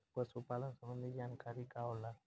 पशु पालन संबंधी जानकारी का होला?